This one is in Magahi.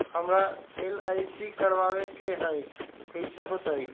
हमरा एल.आई.सी करवावे के हई कैसे होतई?